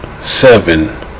seven